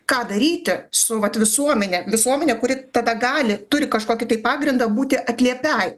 ką daryti su vat visuomene visuomenė kuri tada gali turi kažkokį tai pagrindą būti atliepiai